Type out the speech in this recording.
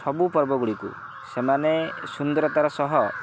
ସବୁ ପର୍ବଗୁଡ଼ିକୁ ସେମାନେ ସୁନ୍ଦରତାର ସହ